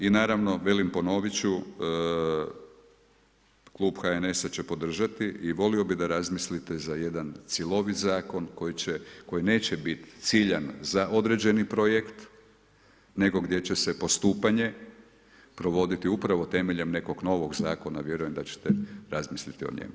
I naravno, velim, ponoviti ću klub HNS-a će podržati i volio bih da razmislite za jedan cjelovit zakon koji će, koji neće biti ciljan za određeni projekt nego gdje će se postupanje provoditi upravo temeljem nekog novog zakona a vjerujem da ćete razmisliti o njemu.